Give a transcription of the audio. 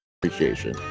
Appreciation